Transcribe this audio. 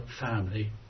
family